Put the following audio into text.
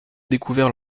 découvert